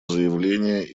заявление